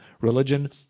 religion